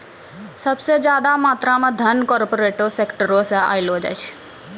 सभ से ज्यादा मात्रा मे धन कार्पोरेटे सेक्टरो से अयलो करे छै